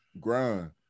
grind